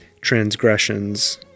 transgressions